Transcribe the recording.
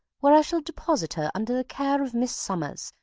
where i shall deposit her under the care of miss summers,